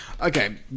okay